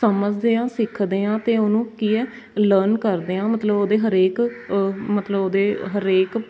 ਸਮਝਦੇ ਹਾਂ ਸਿੱਖਦੇ ਹਾਂ ਅਤੇ ਉਹਨੂੰ ਕੀ ਹੈ ਲਰਨ ਕਰਦੇ ਹਾਂ ਮਤਲਬ ਉਹਦੇ ਹਰੇਕ ਮਤਲਬ ਉਹਦੇ ਹਰੇਕ